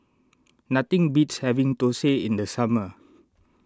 nothing beats having Thosai in the summer